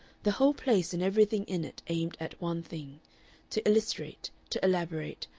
the whole place and everything in it aimed at one thing to illustrate, to elaborate,